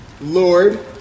Lord